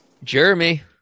Jeremy